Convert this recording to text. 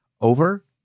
over